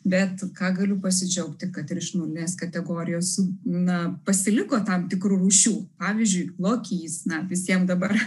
bet ką galiu pasidžiaugti kad ir iš nulinės kategorijos na pasiliko tam tikrų rūšių pavyzdžiui lokys na visiem dabar